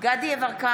דסטה גדי יברקן,